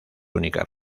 únicas